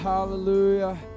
Hallelujah